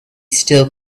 still